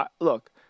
look